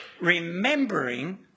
Remembering